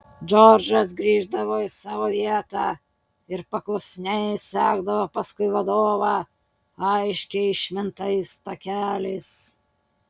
džordžas grįždavo į savo vietą ir paklusniai sekdavo paskui vadovą aiškiai išmintais takeliais